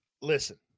Listen